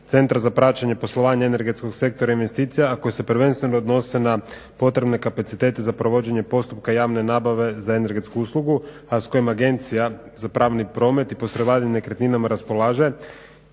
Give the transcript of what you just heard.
Centra za praćenje, poslovanje energetskog sektora investicija a koje se prvenstveno odnose na potrebne kapacitete za provođenje postupka javne nabave za energetsku uslugu a s kojim Agencija za pravni promet i posredovanje nekretninama raspolaže